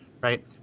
right